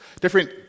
different